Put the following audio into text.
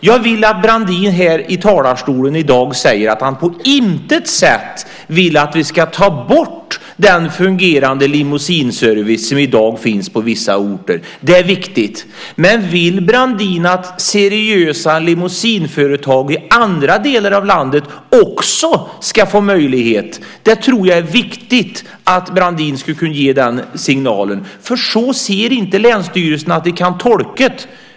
Jag vill att Brandin här i talarstolen i dag säger att han på intet sätt vill att vi ska ta bort den fungerande limousineservice som i dag finns på vissa orter. Det är viktigt. Vill Brandin att seriösa limousineföretag i andra delar av landet också ska få möjlighet? Det är viktigt om Brandin skulle kunna ge den signalen. Så ser inte länsstyrelserna att de kan tolka bestämmelserna.